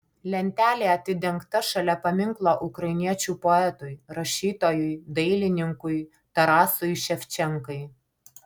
lentelė atidengta šalia paminklo ukrainiečių poetui rašytojui dailininkui tarasui ševčenkai